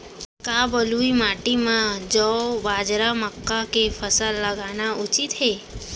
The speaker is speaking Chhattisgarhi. का बलुई माटी म जौ, बाजरा, मक्का के फसल लगाना उचित हे?